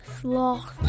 Sloth